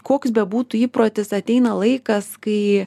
koks bebūtų įprotis ateina laikas kai